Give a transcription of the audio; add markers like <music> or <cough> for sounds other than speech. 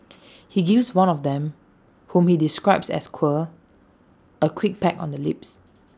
<noise> he gives one of them whom he describes as queer A quick peck on the lips